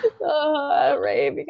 right